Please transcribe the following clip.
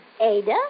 Ada